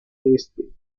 este